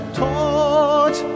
taught